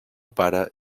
pare